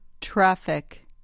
traffic